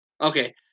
Okay